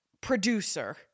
producer